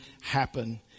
happen